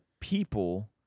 people